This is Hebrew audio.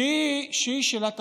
שהיא שאלה תשתיתית,